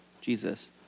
Jesus